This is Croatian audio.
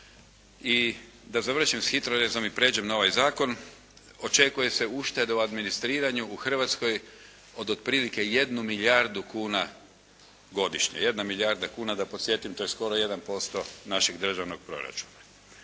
I da završim sa HITRORezom i pređem na ovaj Zakon. Očekuje se ušteda u administriranju u Hrvatskoj od otprlike 1 milijardu kuna godišnje. Jedna milijarda kuna, da podsjetim to je skoro 1% našeg državnog proračuna.